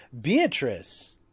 Beatrice